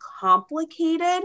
complicated